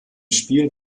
spiel